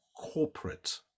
corporate